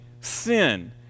sin